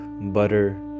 butter